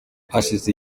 hashize